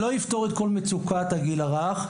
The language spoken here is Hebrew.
זה לא יפתור את כל מצוקת הגיל הרך,